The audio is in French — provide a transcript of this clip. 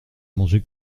manger